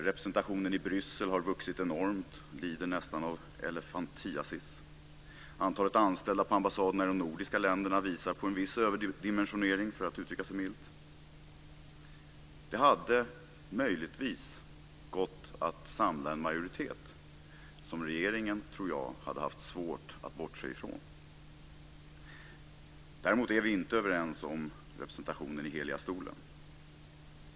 Representationen i Bryssel har vuxit enormt. Den lider nästan av elefantiasis. Antalet anställda på ambassaderna i de nordiska länderna visar på en viss överdimensionering, för att uttrycka sig milt. Det hade möjligtvis gått att samla en majoritet som regeringen, tror jag, hade haft svårt att bortse från. Däremot är vi inte överens om representationen vid Heliga stolen.